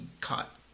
caught